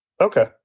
Okay